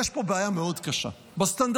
יש פה בעיה מאוד קשה בסטנדרטים.